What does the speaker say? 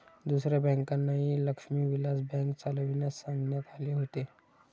दुसऱ्या बँकांनाही लक्ष्मी विलास बँक चालविण्यास सांगण्यात आले होते